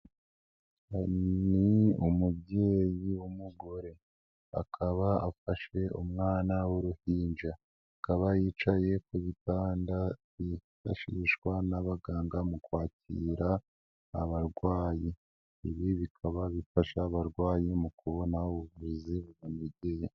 Ni umubyeyi w'umugore akaba afashe umwana w'uruhinja, akaba yicaye ku gitanda byifashishwa n'abaganga mu kwakira abarwayi. Ibi bikaba bifasha abarwayi mu kubona ubuvuzi bubanogeye.